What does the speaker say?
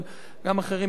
אבל גם אחרים,